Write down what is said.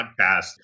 podcast